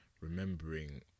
remembering